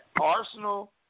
Arsenal